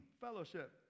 fellowship